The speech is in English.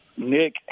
Nick